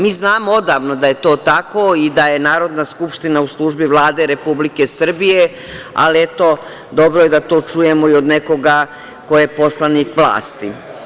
Mi znamo odavno da je to tako i da je Narodna skupština u službi Vlade Republike Srbije, ali, eto, dobro je da to čujemo i od nekoga ko je poslanik vlasti.